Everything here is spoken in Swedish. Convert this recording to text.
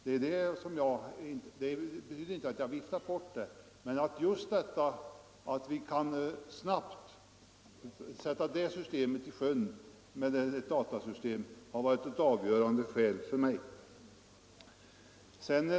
Det betyder inte att jag viftar bort förslaget om minidatorer, men det avgörande skälet för mig har varit att vi snabbt måste kunna sjösätta ett datasystem.